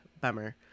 Bummer